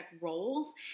roles